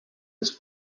his